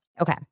Okay